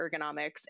ergonomics